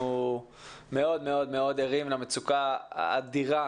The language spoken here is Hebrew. אנחנו מאוד ערים למצוקה האדירה